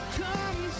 come